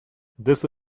this